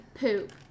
Poop